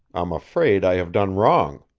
i'm afraid i have done wrong.